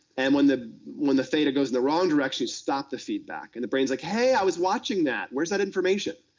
and when the when the theta goes in the wrong direction, you stop the feedback, and the brain's like, hey, i was watching that. where is that information?